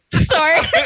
Sorry